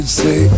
say